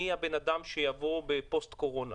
מי הבן אדם שיבוא בפוסט קורונה?